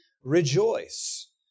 rejoice